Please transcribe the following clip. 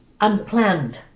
unplanned